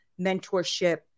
mentorship